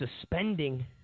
suspending